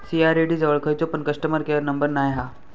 CRED जवळ खयचो पण कस्टमर केयर नंबर नाय हा